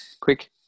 Quick